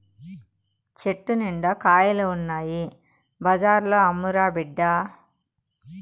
చెట్టు నిండా కాయలు ఉన్నాయి బజార్లో అమ్మురా బిడ్డా